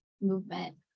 movement